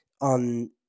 on